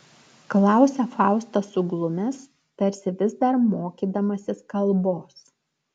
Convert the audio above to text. klausia faustas suglumęs tarsi vis dar mokydamasis kalbos